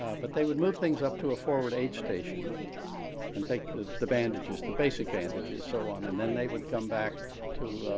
ah but they would move things up to a forward aid station and take the bandages, the bandages, the basic bandages, so on. and then they would come back to